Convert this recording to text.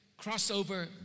crossover